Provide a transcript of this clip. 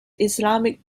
islamic